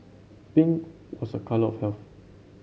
pink was a colour of health